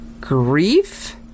grief